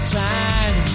time